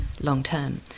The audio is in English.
long-term